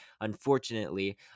unfortunately